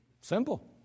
Simple